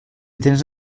tens